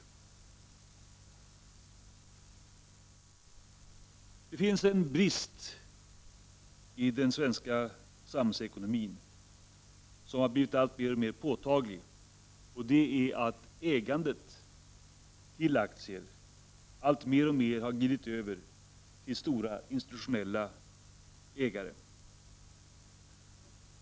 Det finns en brist i den svenska samhällsekonomin som har blivit alltmer påtaglig — ägandet av aktier har alltmer glidit över till stora institutionella ägare.